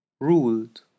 Ruled